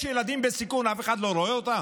יש ילדים בסיכון, אף אחד לא רואה אותם?